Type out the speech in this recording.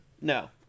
No